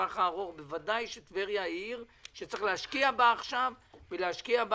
זה מודל שיש לגביו תוכנית, רוצים לעשות